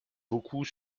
beaucoup